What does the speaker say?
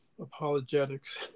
apologetics